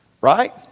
right